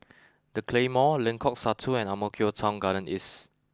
the Claymore Lengkok Satu and Ang Mo Kio Town Garden East